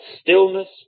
stillness